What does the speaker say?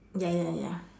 ya ya ya ya